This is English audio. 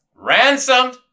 ransomed